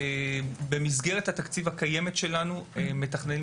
במסגרת התקציב הקיימת שלנו אנחנו מתכוונים